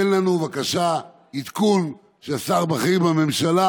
תן לנו בבקשה עדכון של שר בכיר בממשלה,